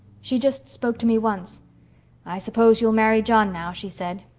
she just spoke to me once i suppose you'll marry john now she said.